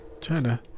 China